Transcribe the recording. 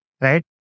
Right